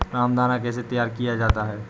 रामदाना कैसे तैयार किया जाता है?